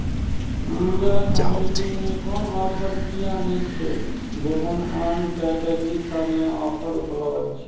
पूजा सामग्रीमे कोनो ऑफर किएक नहि छै जखन आन कैटेगरी सभमे ऑफर उपलब्ध छै